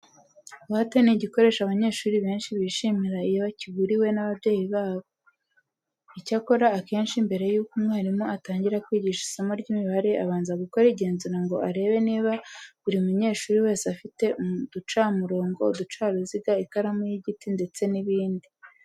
Buwate ni igikoresho abanyeshuri benshi bishimira iyo bakiguriwe n'ababyeyi babo. Icyakora akenshi mbere yuko umwarimu atangira kwigisha isomo ry'imibare abanza gukora igenzura ngo arebe niba buri munyeshuri wese afite uducamurongo, uducaruziga, ikaramu y'igiti ndetse n'ibindi.